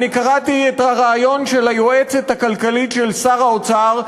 אני קראתי את הרעיון של היועצת הכלכלית של שר האוצר,